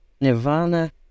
Nirvana